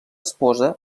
esposa